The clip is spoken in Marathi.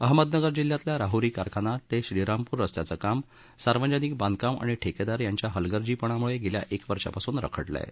अहमदनगर जिल्ह्यातील राहरी कारखाना ते श्रीरामपूर रस्त्याचं काम सार्वजनिक बांधकाम आणि ठेकेदार यांच्या हलगर्जीपणामुळे गेल्या एक वर्षापासून रखडलं आहे